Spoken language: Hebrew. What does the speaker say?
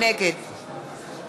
נגד